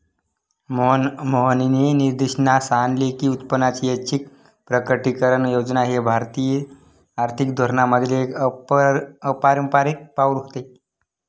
मोहननी निदर्शनास आणले की उत्पन्नाची ऐच्छिक प्रकटीकरण योजना हे भारतीय आर्थिक धोरणांमधील एक अपारंपारिक पाऊल होते